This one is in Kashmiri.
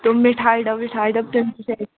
تِم مِٹھایہِ ڈَبہٕ وِٹھایہِ ڈَبہٕ تِم تہِ